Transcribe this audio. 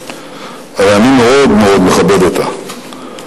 אבל אני מאוד מאוד מכבד אותה.